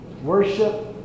Worship